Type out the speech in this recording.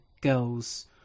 girls